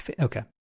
okay